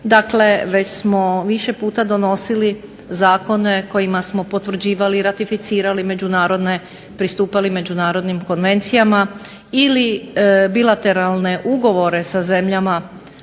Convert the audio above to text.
dakle već smo više puta donosili zakone kojima smo potvrđivali i ratificirali i pristupali međunarodnim konvencijama ili bilateralne ugovore sa zemljama